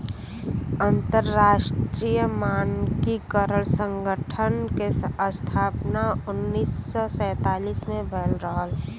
अंतरराष्ट्रीय मानकीकरण संगठन क स्थापना उन्नीस सौ सैंतालीस में भयल रहल